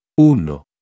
Uno